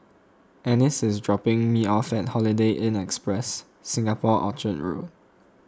Anice is dropping me off at Holiday Inn Express Singapore Orchard Road